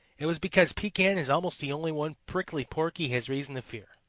it was because pekan is almost the only one prickly porky has reason to fear.